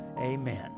Amen